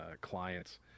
clients